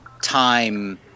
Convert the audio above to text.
time